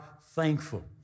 thankful